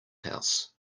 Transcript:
house